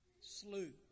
slew